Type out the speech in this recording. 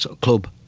club